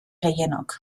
gehienok